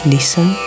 Listen